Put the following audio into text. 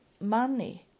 money